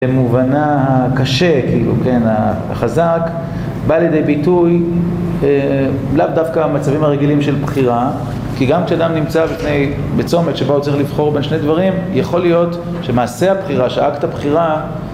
במובנה הקשה, כאילו כן, החזק, בא לידי ביטוי, אה... לאו דווקא המצבים הרגילים של בחירה. כי גם כשאדם נמצא בצומת שבה הוא צריך לבחור בין שני דברים, יכול להיות שמעשה הבחירה, שאקט הבחירה ...